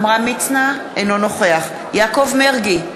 אינו נוכח יעקב מרגי,